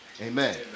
amen